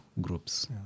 groups